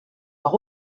par